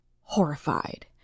horrified